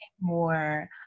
more